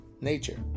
nature